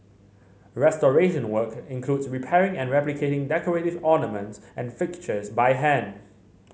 restoration work includes repairing and replicating decorative ornaments and fixtures by hand